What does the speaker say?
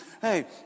hey